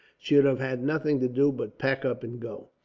should have had nothing to do but pack up and go.